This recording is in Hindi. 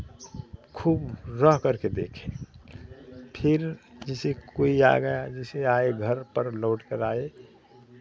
खूब रह कर के देखे फिर जैसे कोई आ गया जैसे आये घर पर लौट कर आये